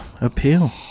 appeal